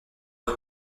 que